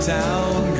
town